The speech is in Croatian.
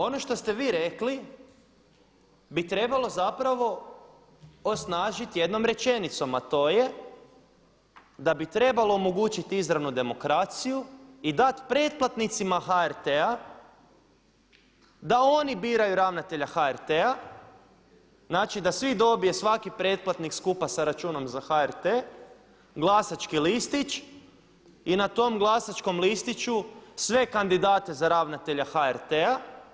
Ono što ste vi rekli bi trebalo zapravo osnažiti jednom rečenicom a to je da bi trebalo omogućiti izravnu demokraciju i dat pretplatnicima HRT-a da oni biraju ravnatelja HRT-a, znači da svi dobiju, svaki pretplatnik skupa sa računom za HRT glasački listić i na tom glasačkom listiću sve kandidate za ravnatelja HRT-a.